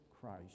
Christ